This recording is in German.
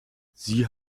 sie